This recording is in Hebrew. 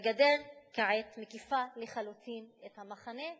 הגדר כעת מקיפה לחלוטין את המחנה,